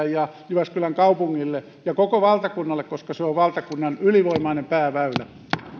ja jyväskylän kaupungille ja koko valtakunnalle koska se on valtakunnan ylivoimainen pääväylä